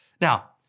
Now